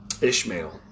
Ishmael